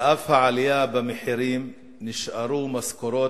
על אף העלייה במחירים נשארו משכורות